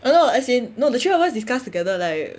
uh no as in no the three of us discuss together like